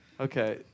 Okay